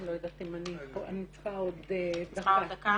אני צריכה עוד דקה.